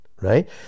right